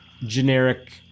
generic